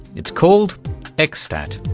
it's called xstat.